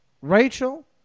Rachel